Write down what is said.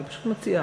אני פשוט מציעה,